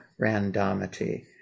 randomity